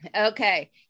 Okay